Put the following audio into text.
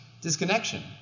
disconnection